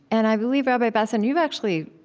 and i believe, rabbi bassin, you've actually,